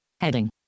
heading